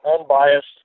unbiased